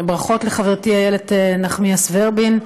ברכות לחברתי איילת נחמיאס ורבין,